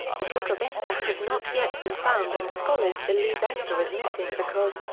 the book of esther has not yet been found and scholars believe esther is missing because,